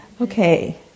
Okay